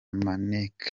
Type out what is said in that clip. maneko